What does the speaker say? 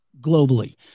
globally